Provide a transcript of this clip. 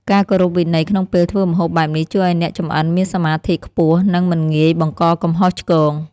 ការគោរពវិន័យក្នុងពេលធ្វើម្ហូបបែបនេះជួយឱ្យអ្នកចម្អិនមានសមាធិខ្ពស់និង មិនងាយបង្កកំហុសឆ្គង។